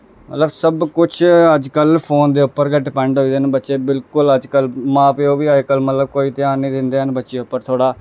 मतलब सब कुछ अज्ज कल फोन दे उप्पर गै डिपैंड होई गेदे न बच्चे बिलकुल अज्ज कल मां प्यो बी अजकल मतलब कोई ध्यान निं दिंदे हैन बच्चे उप्पर थोह्ड़ा